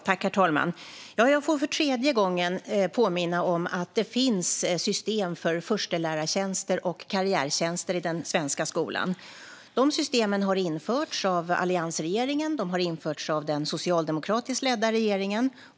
Herr talman! Jag får för tredje gången påminna om att det finns system för förstelärartjänster och karriärtjänster i den svenska skolan. De systemen har införts av alliansregeringen och av den socialdemokratiskt ledda regeringen.